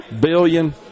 billion